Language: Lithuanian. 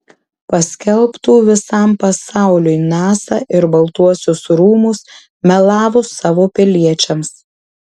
paskelbtų visam pasauliui nasa ir baltuosius rūmus melavus savo piliečiams